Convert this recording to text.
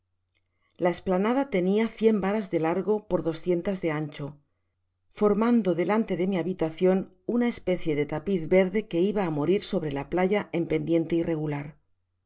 la esplanada tenia cien varas de largo por doscientas de ancho formando delante de mi habitacion una especie de tapiz verde que iba á morir sobre la playa en pendiente irregular su